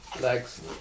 Legs